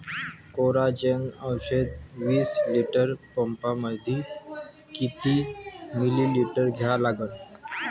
Coragen औषध विस litre पंपामंदी किती मिलीमिटर घ्या लागन?